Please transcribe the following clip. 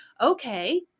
Okay